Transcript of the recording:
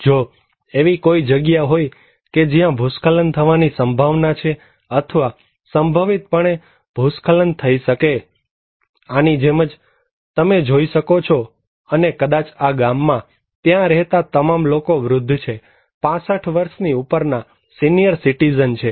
જો એવી કોઈ જગ્યા હોય કે જ્યાં ભૂસ્ખલન થવાની સંભાવના છે અથવા સંભવિતપણે ભૂસ્ખલન થઈ શકે આની જેમ જ તમે જોઈ શકો છો અને કદાચ આ ગામમાં ત્યાં રહેતા તમામ લોકો વૃદ્ધ છે 65 વર્ષની ઉપરના સિનિયર સીટીઝન છે